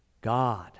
God